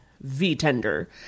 V-tender